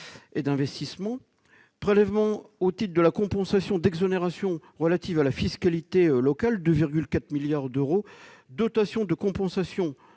et d'investissements. Le prélèvement sur recette au titre de la compensation d'exonérations relatives à la fiscalité locale est de 2,4 milliards d'euros. La dotation de compensation